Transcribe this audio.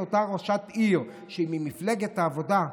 אותה ראשת עיר שהיא ממפלגת העבודה,